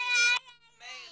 מאיר